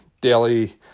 daily